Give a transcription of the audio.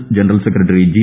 ് general secretary G